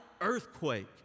earthquake